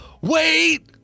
wait